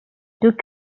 took